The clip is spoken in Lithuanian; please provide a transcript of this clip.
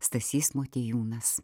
stasys motiejūnas